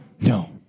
No